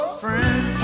friend